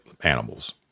animals